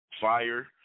fire